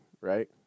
right